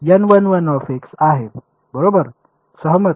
बरोबर सहमत